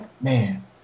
man